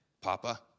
Papa